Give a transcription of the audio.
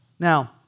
Now